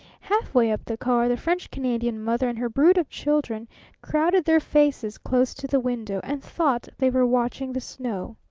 halfway up the car the french canadian mother and her brood of children crowded their faces close to the window and thought they were watching the snow.